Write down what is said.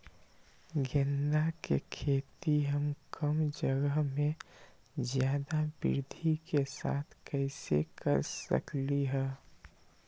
गेंदा के खेती हम कम जगह में ज्यादा वृद्धि के साथ कैसे कर सकली ह?